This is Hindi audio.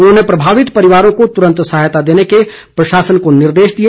उन्होंने प्रभावित परिवारों को तुरन्त सहायता देने के प्रशासन को निर्देश दिए